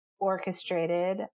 orchestrated